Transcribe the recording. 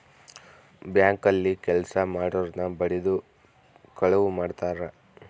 bank ಅಲ್ಲಿ ಕೆಲ್ಸ ಮಾಡೊರ್ನ ಬಡಿದು ಕಳುವ್ ಮಾಡ್ತಾರ